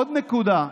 עוד נקודה: